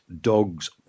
dogs